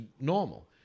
normal